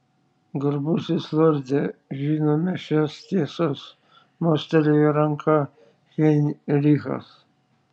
garbusis lorde žinome šias tiesas mostelėjo ranka heinrichas